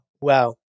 Wow